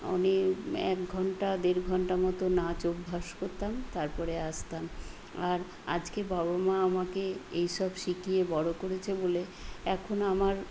অনেক এক ঘন্টা দেড় ঘন্টা মতো নাচ অভ্যাস করতাম তারপরে আসতাম আর আজকে বাবা মা আমাকে এইসব শিখিয়ে বড় করেছে বলে এখনও আমার